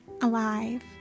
Alive